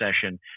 session